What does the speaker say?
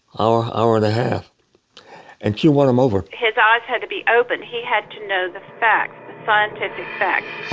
hour, hour and a half and she won him over. his eyes had to be opened. he had to know the facts, the scientific facts.